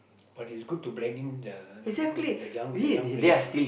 but it's good to blend in the the young the young players ah